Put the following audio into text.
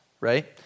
right